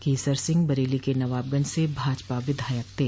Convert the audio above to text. केसर सिंह बरेली के नवाबगंज से भाजपा विधायक थे